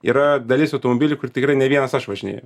yra dalis automobilių kur tikrai ne vienas aš važinėju